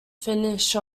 finish